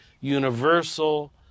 universal